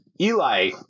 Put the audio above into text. Eli